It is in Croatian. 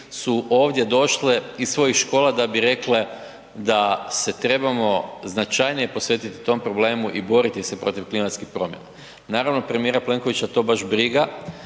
su ovdje došle iz svojih škola da bi rekle da se trebamo značajnije posvetiti tom problemu i boriti se protiv klimatskih promjena. Naravno, premijera Plenkovića to baš briga,